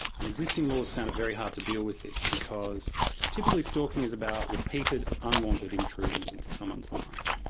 and existing laws found it very hard to deal with this because typically stalking is about repeated, unwanted intrusions into someone's life.